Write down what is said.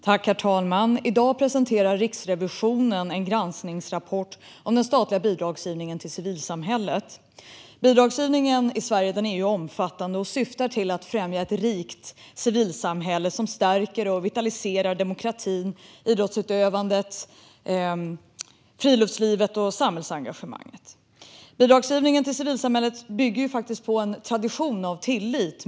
Herr talman! I dag presenterar Riksrevisionen en granskningsrapport om den statliga bidragsgivningen till civilsamhället. Bidragsgivningen i Sverige är omfattande och syftar till att främja ett rikt civilsamhälle som stärker och vitaliserar demokratin, idrottsutövandet, friluftslivet och samhällsengagemanget. Bidragsgivningen till civilsamhället bygger på en tradition av tillit.